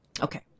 Okay